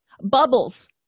Bubbles